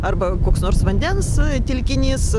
arba koks nors vandens telkinys